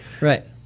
Right